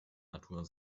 natur